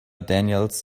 daniels